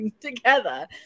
together